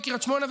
קריית שמונה,